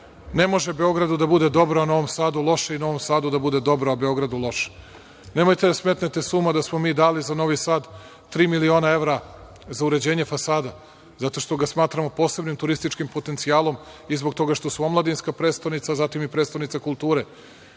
Ne može Beogradu da bude dobro, a Novom Sadu loše i Novom Sadu da bude dobro, a Beogradu loše. Nemojte da smetnete sa uma da smo mi dali za Novi Sad tri miliona evra za uređenje fasada, zato što ga smatramo posebnim turističkim potencijalom i zbog toga što su omladinska prestonica, zatim i prestonica kulture